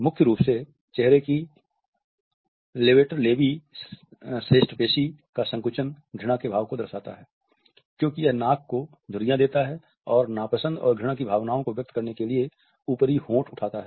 मुख्य रूप से चेहरे की लेवेटर लेबी श्रेष्ठ पेशी का संकुचन घृणा के भाव को व्यक्त करता है क्योंकि यह नाक को झुर्रियां देता है और नापसंद और घृणा की भावनाओं को व्यक्त करने के लिए ऊपरी होंठ उठाता है